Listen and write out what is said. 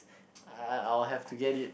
I I I will have to get it